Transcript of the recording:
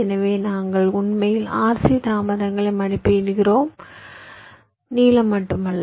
எனவே நாங்கள் உண்மையில் RC தாமதங்களை மதிப்பிடுகிறோம் நீளம் மட்டுமல்ல